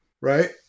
right